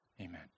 amen